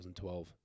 2012